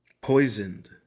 poisoned